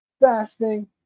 fasting